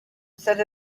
said